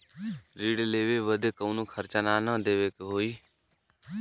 ऋण लेवे बदे कउनो खर्चा ना न देवे के होई?